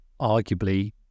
arguably